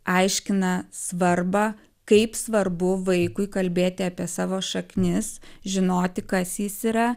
aiškina svarbą kaip svarbu vaikui kalbėti apie savo šaknis žinoti kas jis yra